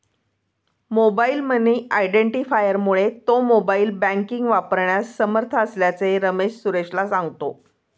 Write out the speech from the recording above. mobile money आयडेंटिफायरमुळे तो mobile banking वापरण्यास समर्थ असल्याचे रमेश सुरेशला सांगतो